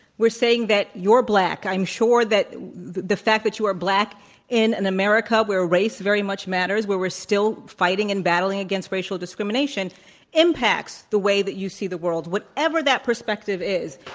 we're saying that, you're black. i'm sure that the fact that you are black in an america where race very much matters where we're still fighting a nd battling against racial discrimination impacts the way that you see the world, whatever that perspective is,